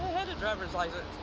had a driver's license.